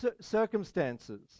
circumstances